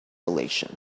relation